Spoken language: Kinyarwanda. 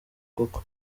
koko